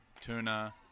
tuna